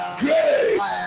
grace